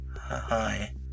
hi